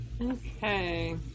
Okay